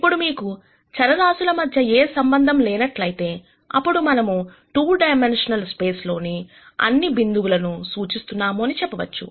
ఇప్పుడు మీకు చరరాశులమధ్య ఏ సంబంధం లేనట్లైతే అప్పుడు మనము 2 డైమెన్షనల్ స్పేస్ లో అన్ని బిందువులను సూచిస్తున్నాము అని చెప్పవచ్చు